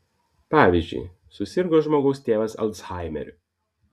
pavyzdžiui susirgo žmogaus tėvas alzhaimeriu